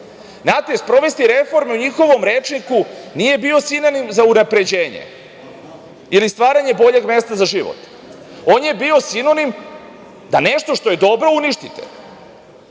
„sprovesti reformu“ u njihovom rečniku nije bio sinonim za unapređenje ili stvaranje boljeg mesta za život. On je bio sinonim da nešto što je dobro uništite. Setite